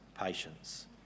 Patience